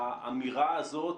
האמירה הזאת,